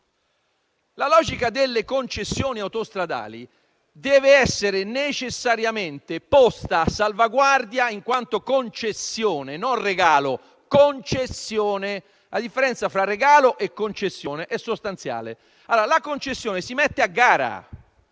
La logica delle concessioni autostradali deve essere necessariamente posta a salvaguardia, in quanto concessione e non regalo. La differenza fra regalo e concessione è sostanziale. La concessione si mette a gara;